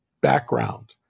background